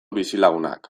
bizilagunak